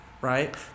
right